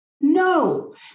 no